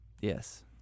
Yes